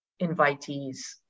invitees